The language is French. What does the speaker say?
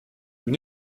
une